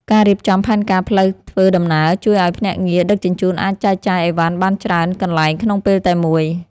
ការរៀបចំផែនការផ្លូវធ្វើដំណើរជួយឱ្យភ្នាក់ងារដឹកជញ្ជូនអាចចែកចាយអីវ៉ាន់បានច្រើនកន្លែងក្នុងពេលតែមួយ។